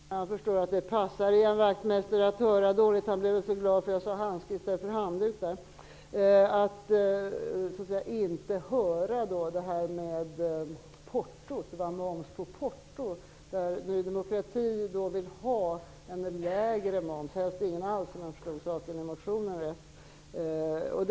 Herr talman! Jag förstår att det passar Ian Wachtmeister att höra dåligt. Han blev tydligen så glad för att jag sade handsken i stället för handduken, att han inte ''hörde'' min fråga om moms på portot. Ny demokrati vill ha lägre moms på portot eller helst ingen alls, om jag förstått motionen rätt.